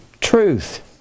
Truth